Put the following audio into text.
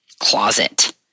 closet